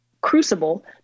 crucible